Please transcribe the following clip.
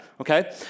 okay